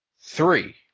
Three